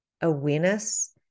awareness